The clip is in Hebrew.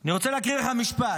אני רוצה להקריא לך משפט: